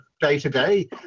day-to-day